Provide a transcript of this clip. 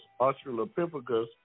Australopithecus